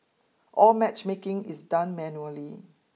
all matchmaking is done manually